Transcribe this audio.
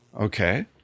okay